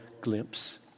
glimpse